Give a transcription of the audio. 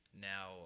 now